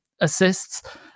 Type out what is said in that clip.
assists